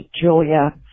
Julia